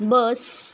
bus